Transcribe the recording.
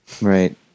Right